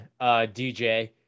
DJ